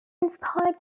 inspired